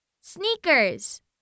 Sneakers